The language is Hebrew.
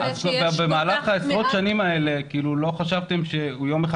אז במהלך העשרות שנים האלה לא חשבתם שיום אחד